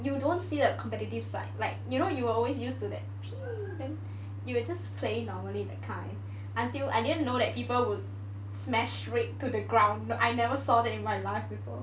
like you don't see the competitive side like you know you always used to that then you will just play normally that kind until I didn't know that people would smash straight to the ground I never saw that in my life before